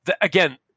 Again